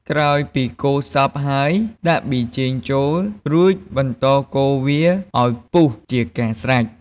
ក្រោយពីកូរសព្វហើយ ដាក់ប៊ីចេងចូល រួចបន្តកូរវាឱ្យពុះជាការស្រេច។